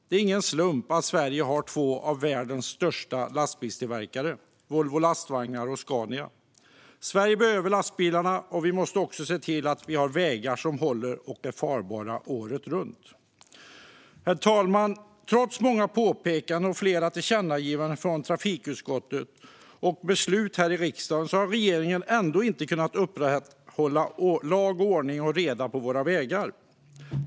Det är ingen slump att Sverige har två av världens största lastbilstillverkare: Volvo Lastvagnar och Scania. Sverige behöver lastbilarna. Vi måste också se till att vi har vägar som håller och är farbara året runt. Herr talman! Trots många påpekanden och flera tillkännagivanden från trafikutskottet och beslut här i riksdagen har regeringen inte kunnat upprätthålla lag och ordning och reda på våra vägar.